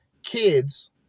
kids